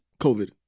COVID